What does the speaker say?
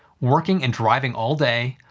working and driving all day,